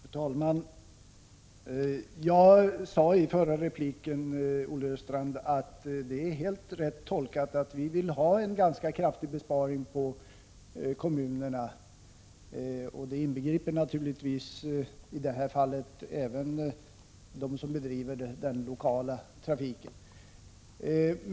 Herr talman! Jag sade i min förra replik, Olle Östrand, att det är helt riktigt tolkat att folkpartiet förordar en kraftig besparing gentemot kommunerna, vilket naturligtvis i detta fall även inbegriper dem som bedriver lokaltrafik.